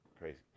Crazy